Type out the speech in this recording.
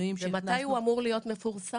מתי הוא אמור להיות מפורסם?